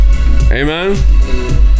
Amen